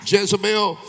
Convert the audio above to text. Jezebel